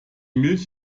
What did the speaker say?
milch